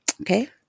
Okay